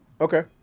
okay